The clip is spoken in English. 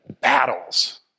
battles